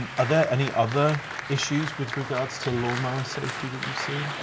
are there any other issues with regards to lawnmower safety that you've seen?